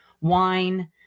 wine